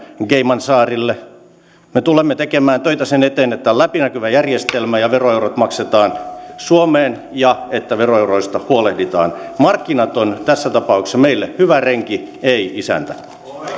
minnekään caymansaarille me tulemme tekemään töitä sen eteen että on läpinäkyvä järjestelmä ja veroeurot maksetaan suomeen ja että veroeuroista huolehditaan markkinat ovat tässä tapauksessa meille hyvä renki ei isäntä